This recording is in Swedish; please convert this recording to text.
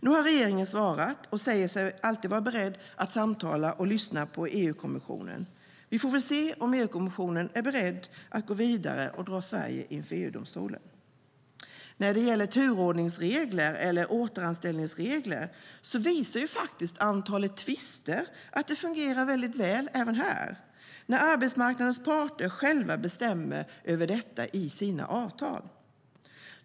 Nu har regeringen svarat och säger sig vara beredd att samtala med och lyssna på EU-kommissionen. Vi får se om EU-kommissionen är beredd att gå vidare och dra Sverige inför EU-domstolen. När det gäller turordningsregler eller återanställningsregler visar antalet tvister att det fungerar mycket väl när arbetsmarknadens parter själva bestämmer över detta i sina avtal.